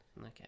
Okay